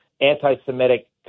anti-Semitic